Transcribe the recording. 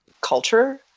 culture